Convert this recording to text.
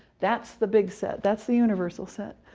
that's the big set that's the universal set.